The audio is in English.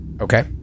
Okay